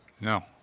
No